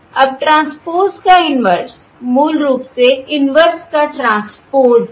अब ट्रांसपोज़ का इन्वर्स मूल रूप से इन्वर्स का ट्रांसपोज़ है